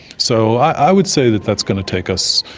so i would say that that's going to take us